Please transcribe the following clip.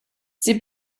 sie